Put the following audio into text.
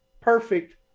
perfect